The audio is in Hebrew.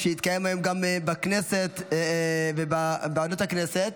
שהתקיים היום גם בכנסת ובוועדות הכנסת.